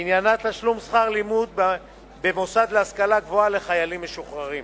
ועניינה תשלום שכר לימוד במוסד להשכלה גבוהה לחיילים משוחררים.